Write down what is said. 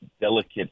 delicate